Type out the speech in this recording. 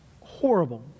Horrible